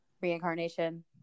reincarnation